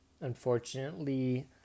unfortunately